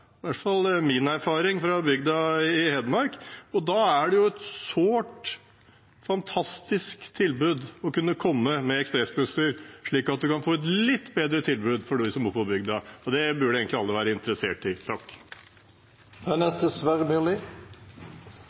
hvert fall min erfaring fra bygda i Hedmark. Da er det et sårt tiltrengt og fantastisk tilbud å kunne komme med ekspressbusser, slik at man kan få et litt bedre tilbud for dem som bor på bygda. Det burde egentlig alle være interessert i. Jeg er